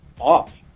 off